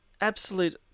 absolute